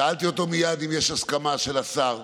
שאלתי אותו מייד אם יש הסכמה של השר,